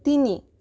তিনি